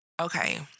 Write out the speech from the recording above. Okay